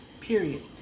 Period